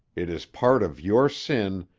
it is part of your sin,